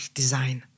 design